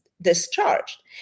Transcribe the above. discharged